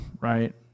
right